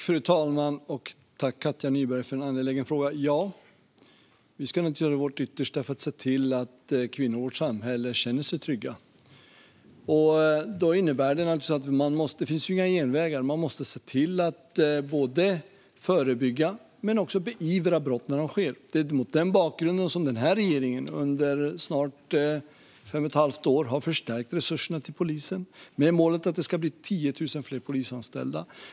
Fru talman! Tack, Katja Nyberg, för en angelägen fråga! Vi ska naturligtvis göra vårt yttersta för att se till att kvinnor i vårt samhälle känner sig trygga. Det finns inga genvägar, utan man måste se till att både förebygga brott och beivra dem när de sker. Det är mot denna bakgrund som regeringen under snart fem och ett halvt år har förstärkt resurserna till polisen med målet att det ska bli 10 000 fler polisanställda.